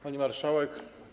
Pani Marszałek!